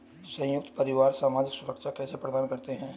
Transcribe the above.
संयुक्त परिवार सामाजिक सुरक्षा कैसे प्रदान करते हैं?